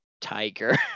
Tiger